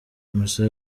musa